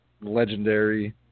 legendary